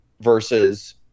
Versus